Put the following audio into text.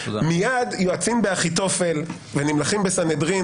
מייד יועצים באחיתופל ונמלכים בסנהדרין